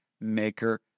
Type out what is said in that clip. maker